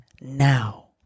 now